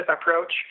approach